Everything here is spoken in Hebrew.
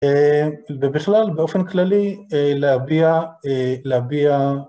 ובכלל באופן כללי להביע להביע